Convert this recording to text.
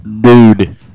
Dude